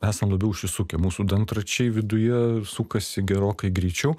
esam labiau užsisukę mūsų dantračiai viduje sukasi gerokai greičiau